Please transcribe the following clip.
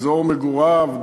אזור מגוריו,